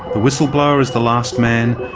the whistleblower is the last man,